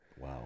wow